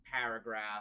paragraph